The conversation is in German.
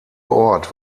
ort